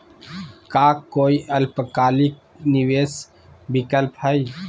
का काई अल्पकालिक निवेस विकल्प हई?